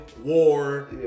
war